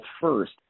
first